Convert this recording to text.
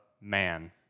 man